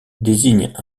désigne